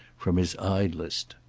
from his idlest.